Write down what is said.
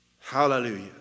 Hallelujah